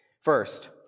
First